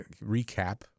recap